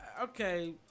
okay